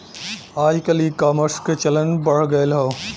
आजकल ईकामर्स क चलन बढ़ गयल हौ